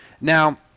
Now